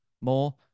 more